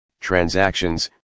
transactions